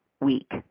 Week